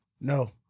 no